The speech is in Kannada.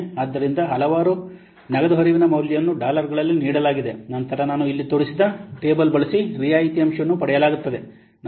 ಆದ್ದರಿಂದ ವರ್ಷವಾರು ನಗದು ಹರಿವಿನ ಮೌಲ್ಯವನ್ನು ಡಾಲರ್ಗಳಲ್ಲಿ ನೀಡಲಾಗಿದೆ ನಂತರ ನಾನು ಇಲ್ಲಿ ತೋರಿಸಿದ ಟೇಬಲ್ ಬಳಸಿ ರಿಯಾಯಿತಿ ಅಂಶವನ್ನು ಪಡೆಯಲಾಗುತ್ತದೆ